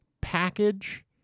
package